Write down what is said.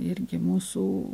irgi mūsų